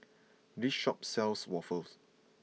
this shop sells waffles